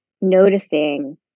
noticing